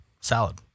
salad